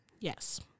Yes